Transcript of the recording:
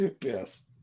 Yes